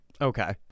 Okay